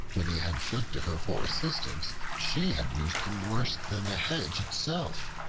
when he had fled to her for assistance, she had used him worse than the hedge itself.